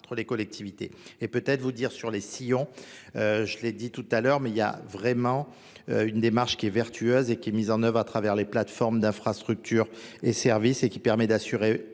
entre les collectivités et peut-être vous dire sur les sillons je l'ai dit tout à l'heure mais il y a vraiment une démarche qui est vertueuse et qui est mise en oeuvre à travers les plateformes d'infrastructure et services et qui permet d'assurer